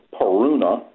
Paruna